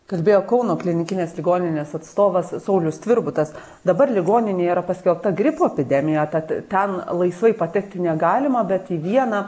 kalbėjo kauno klinikinės ligoninės atstovas saulius tvirbutas dabar ligoninėje yra paskelbta gripo epidemija tad ten laisvai patekti negalima bet į vieną